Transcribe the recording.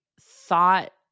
thought